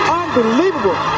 unbelievable